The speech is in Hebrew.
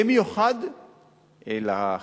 במיוחד לחלשים.